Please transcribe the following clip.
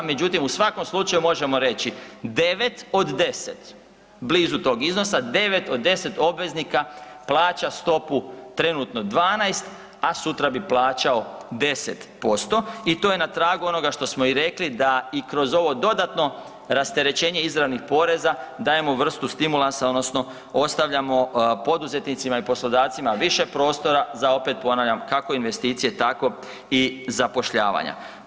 Međutim, u svakom slučaju možemo reći, 9 od 10, blizu tog iznosa, 9 od 10 obveznika plaća stopu trenutno 12, a sutra bi plaćao 10% i to je na tragu onoga što smo i rekli da i kroz ovo dodatno rasterećenje izravnih poreza dajemo vrstu stimulansa odnosno ostavljamo poduzetnicima i poslodavcima više prostora za, opet ponavljam, kako investicije, tako i zapošljavanja.